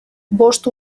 bost